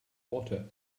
water